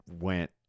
went